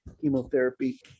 chemotherapy